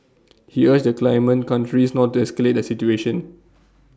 he urged the claimant countries not to escalate the situation